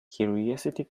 curiosity